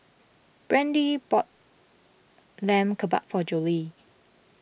Brandie bought Lamb Kebabs for Jolie